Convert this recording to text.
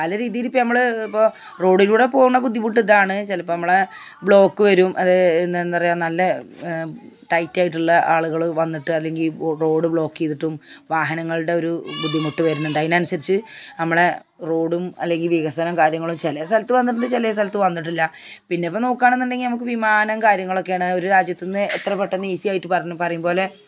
പല രീതിയിലിപ്പം നമ്മൾ ഇപ്പോൾ റോഡിലൂടെ പോണ ബുദ്ധിമുട്ടിയാണ് ചിലപ്പം നമ്മളുടെ ബ്ലോക്ക് വരും അത് ഇന്നെന്താന്നറിയുമോ നല്ല ടൈറ്റായിട്ടുള്ള ആളുകൽ വന്നിട്ട് അല്ലെങ്കില് റോഡ് ബ്ലോക്ക് ചെയ്തിട്ടും വാഹനങ്ങളുടെ ഒരു ബുദ്ധിമുട്ട് വരണത് അതിനനുസരിച്ച് നമ്മളുടെ റോഡും അല്ലെങ്കില് വികസനം കാര്യങ്ങളും ചില സ്ഥലത്ത് വന്നിട്ടുണ്ട് ചില സ്ഥലത്ത് വന്നിട്ടില്ല പിന്നിപ്പോൾ നോക്കാണെന്നുണ്ടെങ്കിൽ നമുക്ക് വിമാനം കാര്യങ്ങളൊക്കെയാണ് ഒരു രാജ്യത്തു നിന്ന് എത്ര പെട്ടെന്നു ഈസിയായിട്ട് പറന്നു പറയുമ്പോലെ